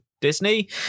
Disney